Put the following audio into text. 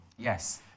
Yes